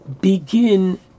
begin